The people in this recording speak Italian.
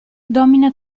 domina